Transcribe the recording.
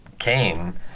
came